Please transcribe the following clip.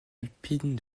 alpine